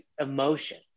emotion